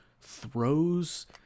throws